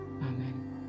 Amen